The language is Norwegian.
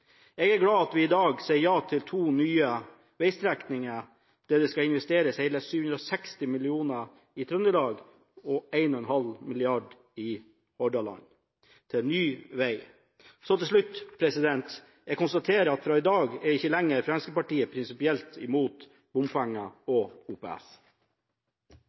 Jeg er glad for at vi i dag sier ja til to nye veistrekninger – det skal investeres hele 760 mill. kr i Trøndelag og 1,5 mrd. kr i Hordaland til ny vei. Til slutt: Jeg konstaterer at fra i dag er ikke lenger Fremskrittspartiet prinsipielt imot bompenger og OPS.